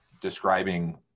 describing